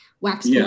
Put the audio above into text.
wax